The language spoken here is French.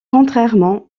contrairement